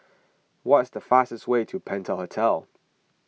what is the fastest way to Penta Hotel